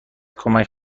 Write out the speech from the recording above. کمک